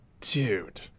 Dude